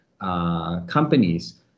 companies